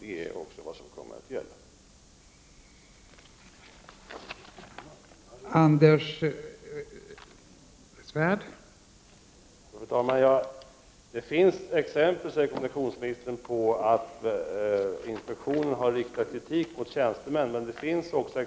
Det är vad som kommer att gälla också i fortsättningen.